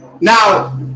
now